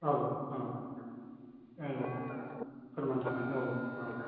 औ औ औ फोरमान थानाय औ औ